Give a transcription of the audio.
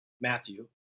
Matthew